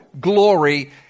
glory